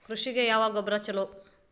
ಕೃಷಿಗ ಯಾವ ಗೊಬ್ರಾ ಛಲೋ?